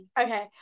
okay